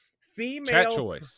Female